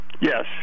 yes